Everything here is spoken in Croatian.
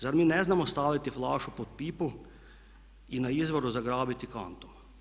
Zar mi ne znamo staviti flašu pod pipu i na izboru zagrabiti kantu.